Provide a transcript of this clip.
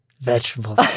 Vegetables